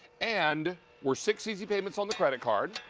and we're six easy payments on the credit card